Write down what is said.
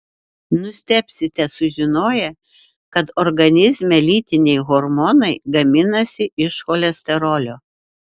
nustebsite sužinoję kad organizme lytiniai hormonai gaminasi iš cholesterolio